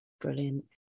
Brilliant